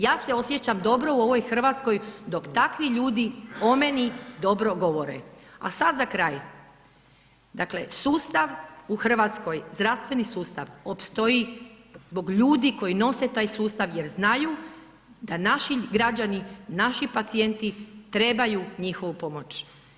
Ja se osjećam dobro u ovoj RH dok takvi ljudi o meni dobro govore, a sad za kraj, dakle sustav u RH, zdravstveni sustav opstoji zbog ljudi koji nose taj sustav jer znaju da naši građani, naši pacijenti trebaju njihovu pomoć.